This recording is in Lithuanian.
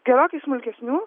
gerokai smulkesnių